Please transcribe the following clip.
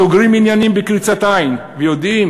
סוגרים עניינים בקריצת עין ויודעים